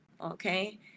Okay